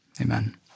Amen